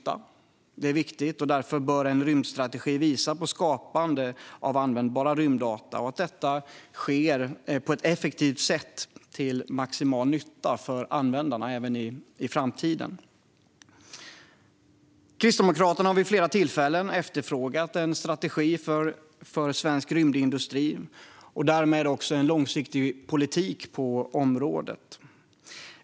Detta är viktigt, och därför bör en rymdstrategi visa på skapande av användbara rymddata och att detta sker på ett effektivt sätt till maximal nytta för användarna även i framtiden. Kristdemokraterna har vid flera tillfällen efterfrågat en strategi för svensk rymdindustri och därmed också en långsiktig politik på området.